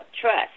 trust